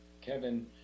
Kevin